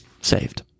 saved